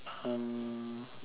and